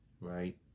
right